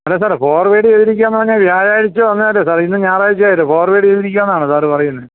അല്ല സാറേ ഫോർവേഡ് ചെയ്തിരിക്കുകയാന്ന് പറഞ്ഞാൽ വ്യാഴാഴ്ച്ച വന്നതല്ലേ സാറേ ഇന്ന് ഞായറാഴ്ച്ചയായില്ലേ ഫോർവേഡ് ചെയ്തിരിക്കുകാന്നാണോ സാറ് പറയുന്നത്